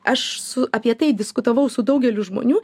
aš su apie tai diskutavau su daugeliu žmonių